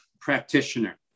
practitioner